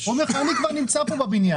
אומר לך אני כבר נמצא פה בבניין,